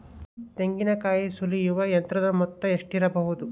ತೆಂಗಿನಕಾಯಿ ಸುಲಿಯುವ ಯಂತ್ರದ ಮೊತ್ತ ಎಷ್ಟಿರಬಹುದು?